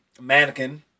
Mannequin